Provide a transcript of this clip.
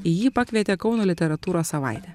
į jį pakvietė kauno literatūros savaitė